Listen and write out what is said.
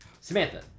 Samantha